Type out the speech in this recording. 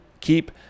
keep